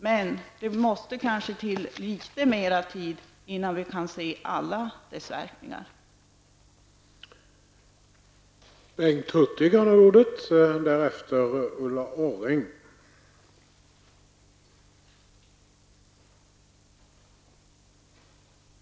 Men det behövs ännu litet mer tid innan vi kan se alla resultaten av det beslutet.